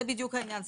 זה בדיוק העניין.